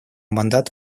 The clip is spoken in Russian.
мандат